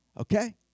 Okay